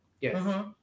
Yes